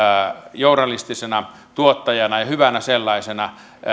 journalistisena tuottajana ja hyvänä sellaisena